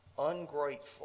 ungrateful